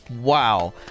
wow